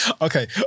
Okay